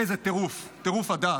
איזה טירוף, טירוף הדעת.